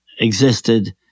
existed